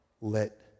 let